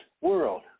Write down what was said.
world